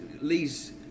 Lee's